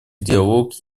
диалог